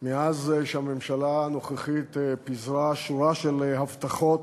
מאז שהממשלה הנוכחית פיזרה שורה של הבטחות.